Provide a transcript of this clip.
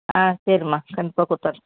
ஆ சரிம்மா கண்டிப்பாக கொடுத்துட்றேன்